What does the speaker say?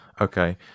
Okay